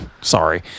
Sorry